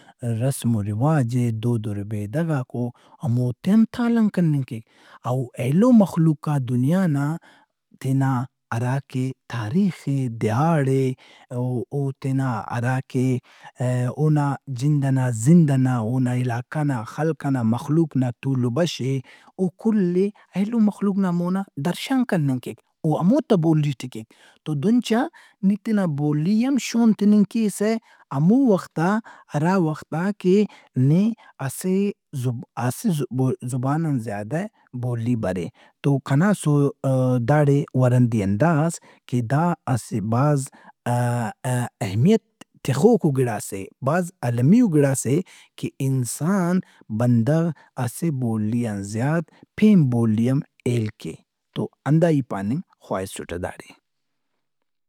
رسم و رواج اے، دود و ربیدہ غاک اوہموتِم تالان کننگ کیک اوایلومخلوق آ دنیا نا تینا ہراکہ تاریخ اے، دیہاڑ اے او تینا ہراکہ اونا جند ئنا، زند ئنا، اونا علاقہ نا خلق ئنا مخلوق نا تول و بش اے اوکل ئے ایلو مخلوق نا مونا درشان کننگ کیک، او ہموتا بولی ٹے کیک۔ تو دہن چا نی تینا بولی ئے ہم شون تِننگ کیسہ ہمووخت آ ہرا وخت آ کہ نی اسہ زب- اسہ زبو- زبان ان زیادہ بولی برے تو کنا سو-ا- داڑے ورندی ہندا اس کہ دا اسہ بھاز اہمیت تخوکو گِڑاس اے۔ بھاز المیئو گِڑاس اے کہ انسان، بندغ اسہ بولی ان زیات پین بولی ہم ہیل کے توہنداای پاننگ خواہسُٹہ داڑے۔